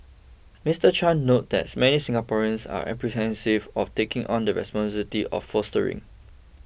Mister Chan noted that many Singaporeans are apprehensive of taking on the responsibility of fostering